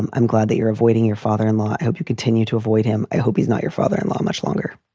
i'm i'm glad that you're avoiding your father in law. i hope you continue to avoid him. i hope he's not your father in law much longer.